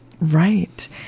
right